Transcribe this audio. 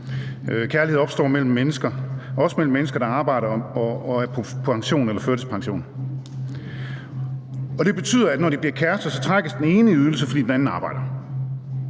mennesker, også mellem mennesker, der arbejder og er på pension eller førtidspension. Det betyder, at når de bliver kærester, trækkes den ene i ydelse, fordi den anden arbejder.